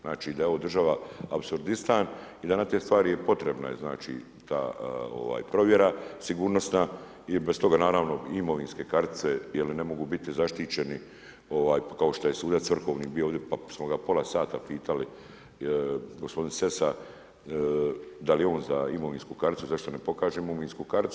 Znači da je ovo država apsordistan i da na te stvari je potrebna provjera sigurnosna, jer bez toga naravno imovinske kartice jer ne mogu biti zaštićeni kao što je sudac vrhovni bio ovdje, pa smo ga pola sata pitali gospodin Sesa da li je on za imovinsku karticu, zašto ne pokaže imovinsku karticu.